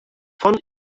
von